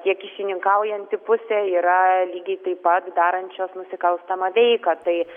tiek kyšininkaujanti pusė yra lygiai taip pat darančios nusikalstamą veiką tai